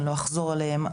אני לא אחזור עליהן,